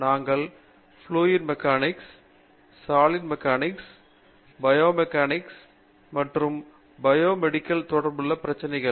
நாங்கள் fluid mechanics பிரச்சினைகள் solid mechanics தொடர்பான பிரச்சினைகள் மற்றும் பயோ மெக்கானிக்ஸ் மற்றும் பயோ மெடிக்கல் இன்ஜினியரிங் தொடர்பான பிரச்சினைகள்